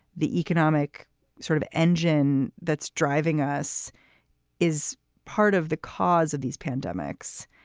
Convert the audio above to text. the economic sort of engine that's driving us is part of the cause of these pandemics.